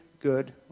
good